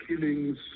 killings